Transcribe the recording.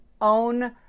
own